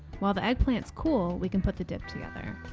while the eggplants cool, we can put the dip together.